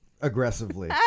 aggressively